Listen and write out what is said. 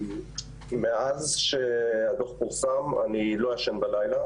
מאז שהדוח פורסם אני לא ישן בלילה.